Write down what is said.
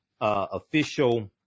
official